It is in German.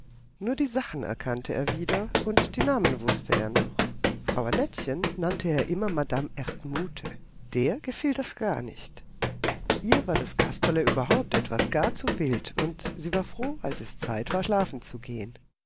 nur die sachen erkannte er wieder und die namen wußte er noch frau annettchen nannte er immer madame erdmute der gefiel das gar nicht ihr war das kasperle überhaupt etwas gar zu wild und sie war froh als es zeit war schlafen zu gehen